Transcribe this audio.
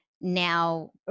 now